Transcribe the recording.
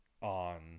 on